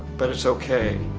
but that's ok,